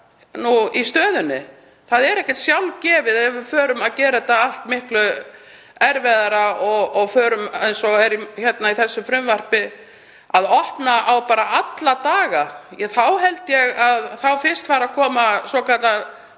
í stöðunni. Það er ekkert sjálfgefið ef við förum að gera þetta allt miklu erfiðara og opnum á, eins og er í þessu frumvarpi, bara alla daga. Þá held ég að fyrst fari að koma svokallaðir